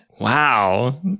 wow